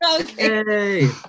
Okay